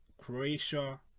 Croatia